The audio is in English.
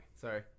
sorry